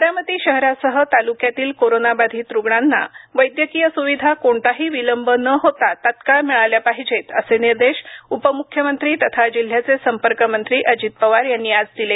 बारामती शहरासह तालुक्यातील कोरोना बाधित रूग्णांना वैद्यकीय सुविधा कोणताही विलंब न होता तत्काळ मिळाल्या पाहिजेत असे निर्देश उपम्ख्यमंत्री तथा जिल्ह्याचे संपर्क मंत्री अजित पवार यांनी आज दिले